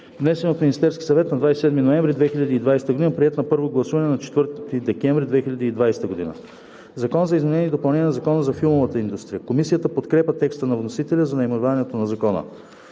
внесен от Министерския съвет на 27 ноември 2020 г., приет на първо гласуване на 4 декември 2020 г. „Закон за изменение и допълнение на Закона за филмовата индустрия“.“ Комисията подкрепя текста на вносителя за наименованието на Закона.